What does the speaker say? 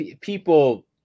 people